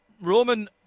Roman